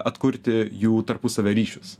atkurti jų tarpusavio ryšius